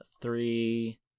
three